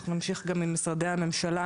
אנחנו נמשיך עם משרדי הממשלה,